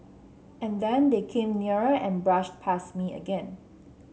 and then they came nearer and brushed past me again